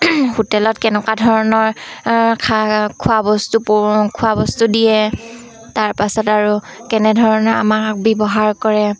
হোটেলত কেনেকুৱা ধৰণৰ খা খোৱা বস্তু খোৱা বস্তু দিয়ে তাৰপাছত আৰু কেনেধৰণে আমাক ব্যৱহাৰ কৰে